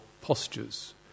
postures